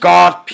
God